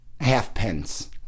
Halfpence